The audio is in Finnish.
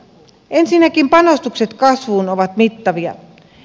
ensinnäkin panostukset kasvuun ovat mittavia